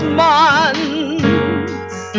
months